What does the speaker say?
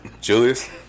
Julius